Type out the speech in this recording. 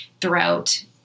throughout